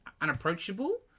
unapproachable